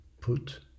put